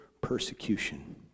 persecution